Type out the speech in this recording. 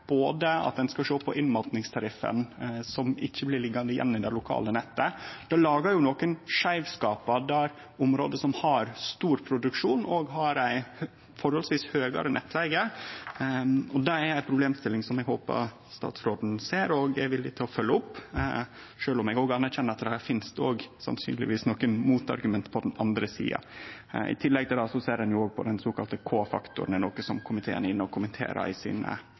at ein skal sjå på innmatingstariffen, slik at han ikkje blir liggjande igjen i det lokale nettet. Det lagar nokre skeivskapar for område som har stor produksjon og ei høvesvis høgare nettleige. Det er ei problemstilling som eg håpar statsråden ser og er villig til å følgje opp, sjølv om eg òg anerkjenner at det sannsynlegvis finst nokre motargument på den andre sida. I tillegg til det ser ein òg på den såkalla K-faktoren. Det er noko som fleirtalet i komiteen kommenterer i sine merknader. Avslutningsvis vil eg minne om at det ikkje er